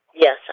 Yes